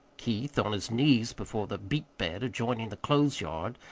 keith, on his knees before the beet-bed adjoining the clothes-yard,